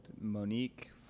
Monique